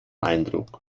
eindruck